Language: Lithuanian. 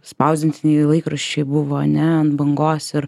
spausdintiniai laikraščiai buvo ane ant bangos ir